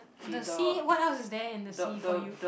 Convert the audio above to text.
the sea what else is there in the sea for you